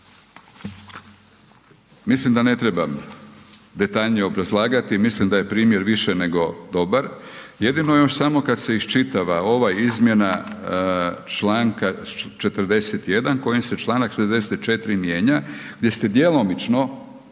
Mislim da ne trebam detaljnije obrazlagati, mislim da je primjer više nego dobar, jedino još samo kad se iščitava ova izmjena članka 41. kojom se članak 44, mijenja gdje ste djelomično